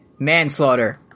Manslaughter